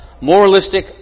moralistic